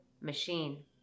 machine